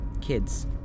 kids